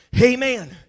amen